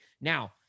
now